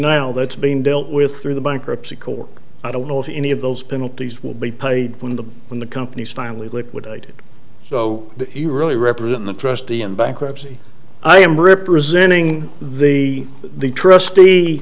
now that's being dealt with through the bankruptcy court i don't know if any of those penalties will be paid when the when the company is finally liquidated so you really represent the presti in bankruptcy i am representing the the trustee